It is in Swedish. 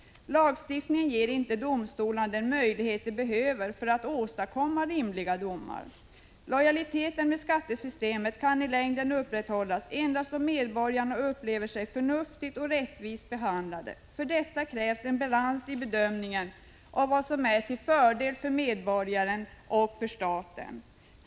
Lagstiftningen ger inte domstolarna den möjlighet de behöver för att åstadkomma rimliga domar. Lojaliteten med skattesystemet kan i längden upprätthållas endast om medborgarna upplever sig förnuftigt och rättvist behandlade. För detta krävs en balans i bedömningen av vad som är till fördel för medborgaren och för staten.